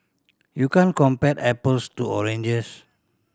you can't compare apples to oranges